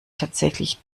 tatsächlich